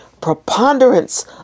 Preponderance